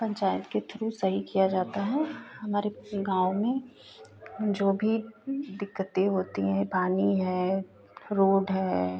पंचायत के थ्रू सही किया जाता है हमारे गाँव में जो भी दिक्कतें होती हैं पानी है रोड है